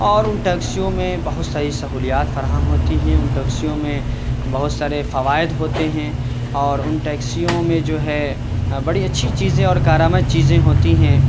اور ان ٹیکسیوں میں بہت ساری سہولیات فراہم ہوتی ہیں ان ٹیکسیوں میں بہت سارے فوائد ہوتے ہیں اور ان ٹیکسیوں میں جو ہے بڑی اچھی چیزیں اور کارآمد چیزیں ہوتی ہیں